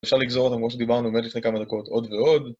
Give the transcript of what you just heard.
אפשר לגזור אותם כמו שדיברנו מעט לפני כמה דקות עוד ועוד